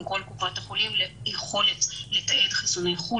כל קופות החולים ליכולת לתעד חיסוני חו"ל,